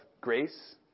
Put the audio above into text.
grace